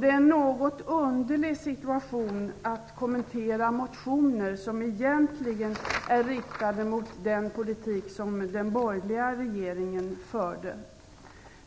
Det är en något underlig situation att kommentera motioner som egentligen är riktade mot den politik som den borgerliga regeringen förde.